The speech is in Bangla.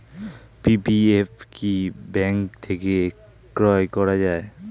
পি.পি.এফ কি ব্যাংক থেকে ক্রয় করা যায়?